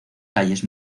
calles